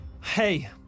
Hey